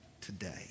today